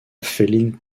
failing